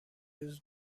روز